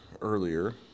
earlier